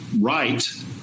right